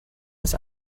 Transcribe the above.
das